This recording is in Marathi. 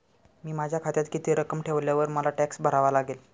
मी माझ्या खात्यात किती रक्कम ठेवल्यावर मला टॅक्स भरावा लागेल?